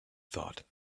thought